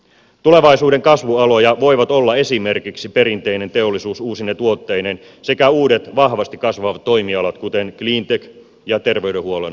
tulevaisuuden kasvualoja voivat olla esimerkiksi perinteinen teollisuus uusine tuotteineen sekä uudet vahvasti kasvavat toimialat kuten cleantech ja terveydenhuollon teknologia